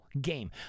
game